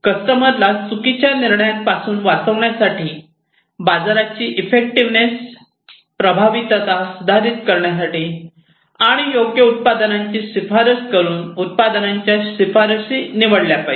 कस्टमरला चुकीच्या निर्णयापासून वाचवण्यासाठी बाजाराची इफेक्टिवेनेस प्रभावीता सुधारित करण्यासाठी आणि योग्य उत्पादनांची शिफारस करुन योग्य उत्पादनांच्या शिफारसी निवडल्या पाहिजेत